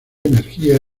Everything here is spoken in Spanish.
energía